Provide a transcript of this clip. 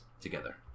together